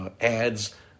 ads